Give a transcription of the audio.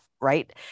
Right